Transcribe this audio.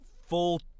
full